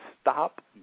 Stop